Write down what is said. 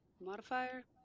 modifier